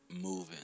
moving